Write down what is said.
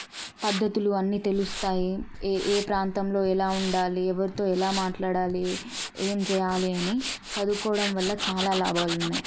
పద్ధతులు అన్నీ తెలుస్తాయి ఏఏ ప్రాంతంలో ఎలా ఉండాలి ఎవరితో ఎలా మాట్లాడాలి ఏం చెయ్యాలి అని చదువుకోవడం వల్ల చాలా లాభాలున్నాయి